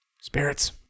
Spirits